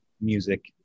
music